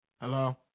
Hello